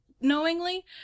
knowingly